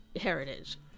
heritage